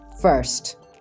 first